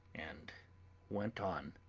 and went on